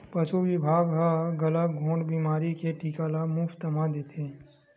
पसु बिभाग ह गलाघोंट बेमारी के टीका ल मोफत म देथे